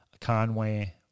Conway